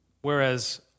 whereas